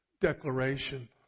declaration